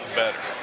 better